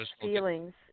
feelings